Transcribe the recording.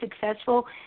successful